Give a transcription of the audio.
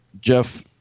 Jeff